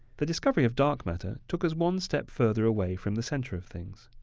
the discovery of dark matter took us one step further away from the center of things.